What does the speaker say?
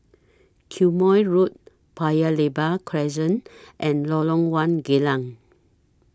Quemoy Road Paya Lebar Crescent and Lorong one Geylang